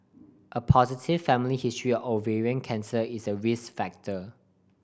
a positive family history of ovarian cancer is a risk factor